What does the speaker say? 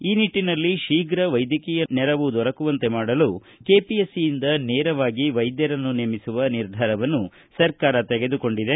E ನಿಟ್ಟಿನಲ್ಲಿ ಶೀಘ ವೈದ್ಯಕೀಯ ನೆರವು ದೊರಕುವಂತೆ ಮಾಡಲು ಕೆಪಿಎಸ್ಸಿ ಯಿಂದ ನೇರವಾಗಿ ವೈದ್ಯರನ್ನು ನೇಮಿಸುವ ನಿರ್ಧಾರವನ್ನು ಸರ್ಕಾರ ತೆಗೆದುಕೊಂಡಿದೆ